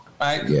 Right